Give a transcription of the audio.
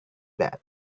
that